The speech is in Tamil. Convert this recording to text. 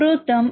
ப்ரொதேர்ம்